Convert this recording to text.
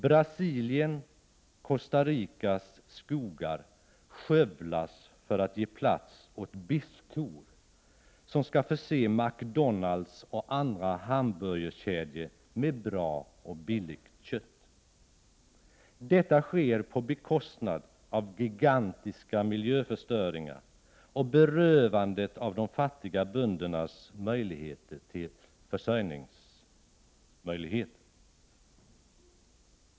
Brasiliens och Costa Ricas skogar skövlas för att ge plats åt biffkor som skall förse McDonald's och andra hamburgerkedjor med bra och billigt kött. Detta sker till priset av gigantiska miljöförstöringar och berövandet av de fattiga böndernas möjligheter till försörjning.